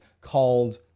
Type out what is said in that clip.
called